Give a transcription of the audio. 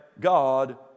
God